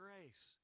grace